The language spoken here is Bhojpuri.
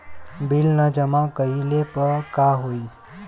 बिल न जमा कइले पर का होई?